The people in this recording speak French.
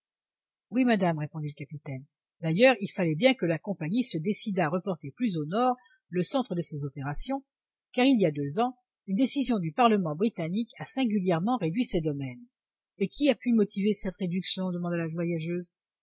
oui madame répondit le capitaine d'ailleurs il fallait bien que la compagnie se décidât à reporter plus au nord le centre de ses opérations car il y a deux ans une décision du parlement britannique a singulièrement réduit ses domaines et qui a pu motiver cette réduction demanda la voyageuse